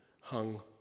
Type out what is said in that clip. hung